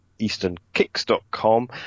EasternKicks.com